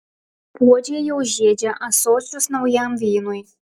puodžiai jau žiedžia ąsočius naujam vynui